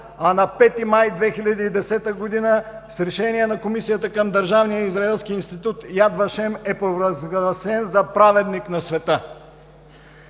а на 5 май 2010 г. с решение на Комисията към Държавния израелски институт „Яд Вашем“ е провъзгласен за праведник на света.